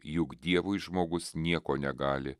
juk dievui žmogus nieko negali